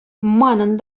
манӑн